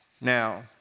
Now